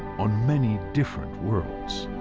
on many different worlds.